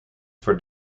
for